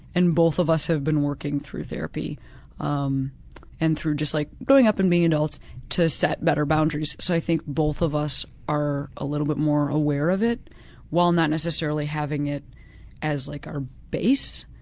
and both of us have been working through therapy um and through just like growing up and being adults to set better boundaries, so i think both of us are a little bit more aware of it while not necessary having it as like our base.